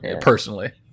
personally